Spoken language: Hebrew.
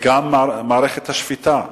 וגם מערכת השפיטה,